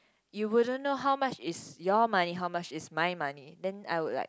you wouldn't know how much is your money how much is my money then I would like